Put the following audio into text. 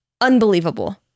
unbelievable